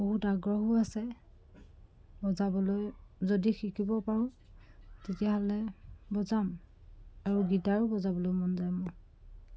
বহুত আগ্ৰহো আছে বজাবলৈ যদি শিকিব পাৰোঁ তেতিয়াহ'লে বজাম আৰু গীটাৰো বজাবলৈ মন যায় মোৰ